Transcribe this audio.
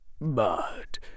But